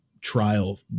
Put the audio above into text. trial